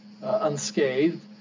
unscathed